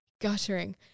guttering